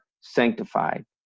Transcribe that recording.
sanctified